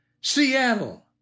Seattle